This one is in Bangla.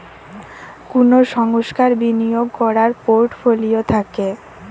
কুনো সংস্থার বিনিয়োগ কোরার পোর্টফোলিও থাকে